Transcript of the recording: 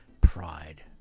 pride